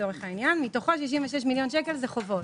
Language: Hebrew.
מתוכו 66 מיליון שקל זה חובות.